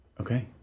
Okay